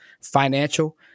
Financial